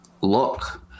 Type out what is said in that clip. look